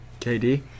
KD